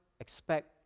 expect